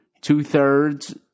Two-thirds